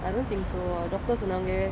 I don't think so uh doctors சொன்னாங்க:sonnanga